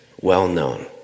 well-known